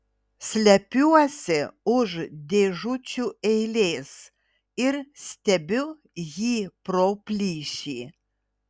slepiuosi už dėžučių eilės ir stebiu jį pro plyšį